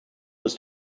was